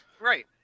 Right